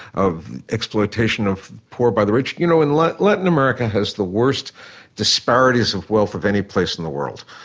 of exploitation of poor by the rich. you know, and like latin america has the worst disparities of wealth of any place in the world,